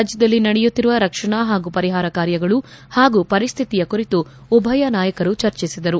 ರಾಜ್ಯದಲ್ಲಿ ನಡೆಯುತ್ತಿರುವ ರಕ್ಷಣಾ ಪಾಗೂ ಪರಿಹಾರ ಕಾರ್ಯಗಳು ಹಾಗೂ ಪರಿಸ್ಥಿತಿಯ ಕುರಿತು ಉಭಯ ನಾಯಕರು ಚರ್ಚಿಸಿದರು